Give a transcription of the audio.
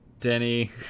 Denny